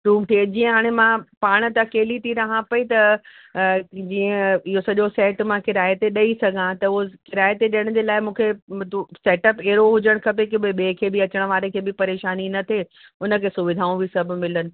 room ठहे जीअं हाणे मां पाणे त अकेली थी रहां पई त जीअं इहो सॼो सैट मां किराए ते ॾेई सघां त उहो किराए ते ॾेअण जे लाइ मूंखे सैटअप अहिड़ो हुजणु खपे की भई ॿिए खे बि अचण वारे खे बि परेशानी न थिए उन खे सुविधाऊं बि सभु मिलन